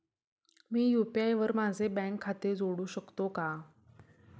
मी UPI वर माझे bank खाते जोडू शकतो का?